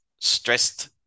stressed